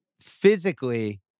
physically